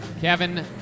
kevin